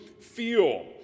feel